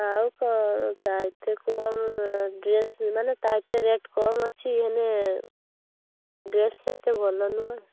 ଆଉ କ ତା'ଠାରୁ କମ୍ ଏ ଡ୍ରେସ୍ମାନେ ତା'ଠାରୁ ରେଟ୍ କମ୍ଅଛି ହେଲେ ଡ୍ରେସ୍ ଏତେ ଭଲ ନୁହଁ